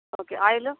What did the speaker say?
okay oil